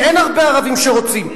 כי אין הרבה ערבים שרוצים.